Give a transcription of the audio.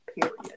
Period